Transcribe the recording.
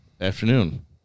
afternoon